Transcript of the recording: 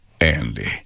Andy